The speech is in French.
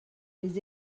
les